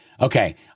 Okay